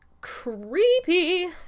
creepy